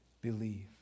believe